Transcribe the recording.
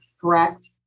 correct